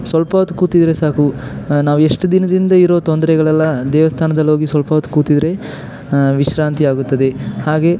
ಸ್ವಲ್ಪ ಹೊತ್ತು ಕೂತಿದ್ದರೆ ಸಾಕು ನಾವು ಎಷ್ಟು ದಿನದಿಂದ ಇರೋ ತೊಂದರೆಗಳೆಲ್ಲ ದೇವಸ್ಥಾನ್ದಲ್ಲಿ ಹೋಗಿ ಸ್ವಲ್ಪ ಹೊತ್ತು ಕೂತಿದ್ದರೆ ವಿಶ್ರಾಂತಿ ಆಗುತ್ತದೆ ಹಾಗೆ